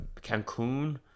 Cancun